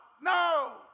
no